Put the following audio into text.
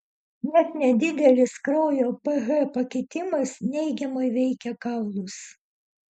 net nedidelis kraujo ph pakitimas neigiamai veikia kaulus